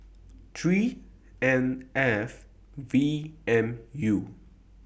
three N F V M U